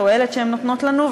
התועלת שהיא נותנת לנו,